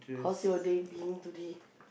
how's your day being today